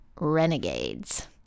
renegades